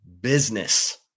business